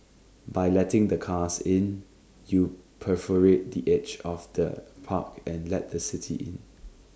by letting the cars in you perforate the edge of the park and let the city in